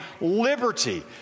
liberty